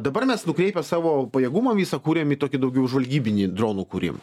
dabar mes nukreipę savo pajėgumą visą kūrėm į tokį daugiau žvalgybinį dronų kūrimą